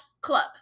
club